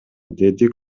деди